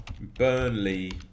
Burnley